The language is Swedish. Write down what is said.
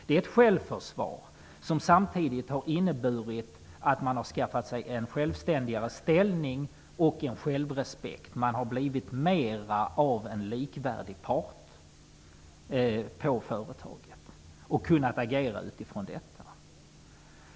Den är ett självförsvar, som samtidigt har inneburit att man har skaffat sig en självständigare ställning och en självrespekt. Man har blivit mer av en likvärdig part på företaget och kunnat agera utifrån det.